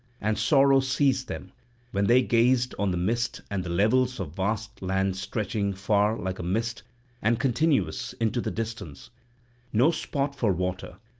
and sorrow seized them when they gazed on the mist and the levels of vast land stretching far like a mist and continuous into the distance no spot for water,